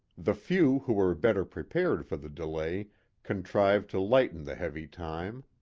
the few who were better prepared for the delay contrived to lighten the heavy time.